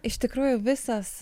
iš tikrųjų visas